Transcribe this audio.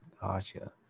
Gotcha